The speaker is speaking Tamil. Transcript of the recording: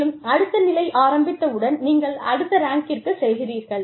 மேலும் அடுத்த நிலை ஆரம்பித்த உடன் நீங்கள் அடுத்த ரேங்க்கிற்கு செல்கிறீர்கள்